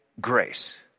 grace